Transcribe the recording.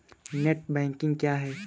Net banking क्या है?